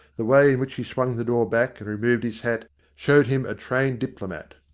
the way in which he swung the door back and removed his hat showed him a trained diplomat.